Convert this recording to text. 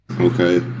Okay